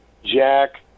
Jack